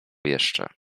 jeszcze